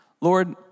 Lord